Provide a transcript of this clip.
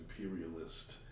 imperialist